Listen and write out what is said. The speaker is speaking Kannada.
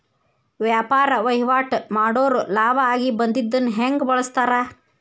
ವ್ಯಾಪಾರ್ ವಹಿವಾಟ್ ಮಾಡೋರ್ ಲಾಭ ಆಗಿ ಬಂದಿದ್ದನ್ನ ಹೆಂಗ್ ಬಳಸ್ತಾರ